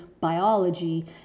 biology